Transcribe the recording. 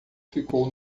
ficou